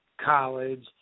college